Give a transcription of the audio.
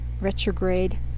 retrograde